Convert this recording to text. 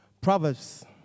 Proverbs